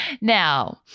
Now